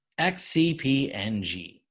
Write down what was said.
XCPNG